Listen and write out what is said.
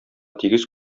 тигез